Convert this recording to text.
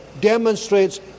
demonstrates